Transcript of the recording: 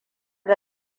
da